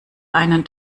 einen